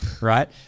right